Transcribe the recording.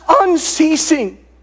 unceasing